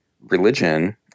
religion